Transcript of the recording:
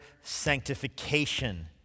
sanctification